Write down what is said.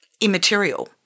immaterial